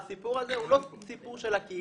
הסיפור הזה הוא לא סיפור של הקהילה.